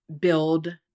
build